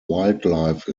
wildlife